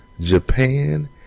Japan